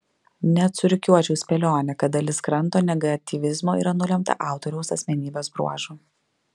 net surikiuočiau spėlionę kad dalis kranto negatyvizmo yra nulemta autoriaus asmenybės bruožų